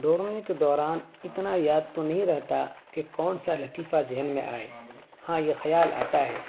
دوڑنے کے دوران اتنا یاد تو نہیں رہتا کہ کون سا لطیفہ ذہن میں آئے ہاں یہ خیال آتا ہے